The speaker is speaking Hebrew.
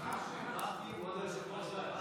כבוד היושב-ראש,